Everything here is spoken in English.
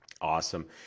Awesome